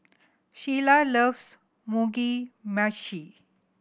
Shelia loves Mugi Meshi